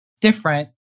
different